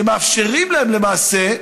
שמאפשרים להם, למעשה,